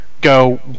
go